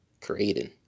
creating